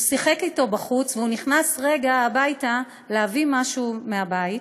הוא שיחק אתו בחוץ ונכנס רגע הביתה להביא משהו מהבית.